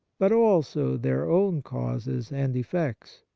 but also their own causes and effects.